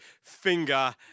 finger